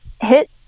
hit